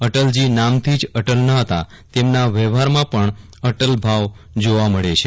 અટલજી નામથી જ અટલ ન હતા તેમના વ્યવહારમાં પણ અટલ ભાવ જોવા મળે છે